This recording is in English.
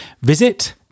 Visit